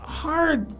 hard